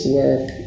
work